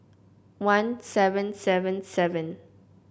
one seven seven seven